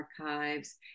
archives